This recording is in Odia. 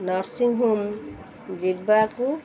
ନର୍ସିଂହୋମ୍ ଯିବାକୁ